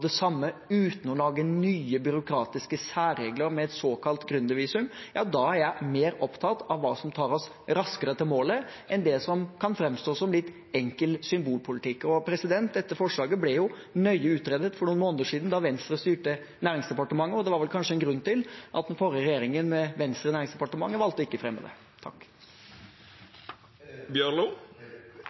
det samme uten å lage nye byråkratiske særregler med et såkalt gründervisum, er jeg mer opptatt av hva som tar oss raskere til målet, enn av det som kan framstå som litt enkel symbolpolitikk. Dette forslaget ble nøye utredet for noen måneder siden, da Venstre styrte Næringsdepartementet, og det var kanskje en grunn til at den forrige regjeringen, med Venstre i Næringsdepartementet, valgte å ikke fremme det.